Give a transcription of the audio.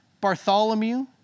Bartholomew